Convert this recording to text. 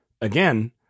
again